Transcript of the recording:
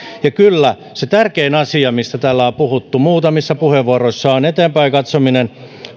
ja kyllä se tärkein asia mistä täällä on puhuttu muutamissa puheenvuoroissa on eteenpäin katsominen